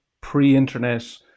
pre-internet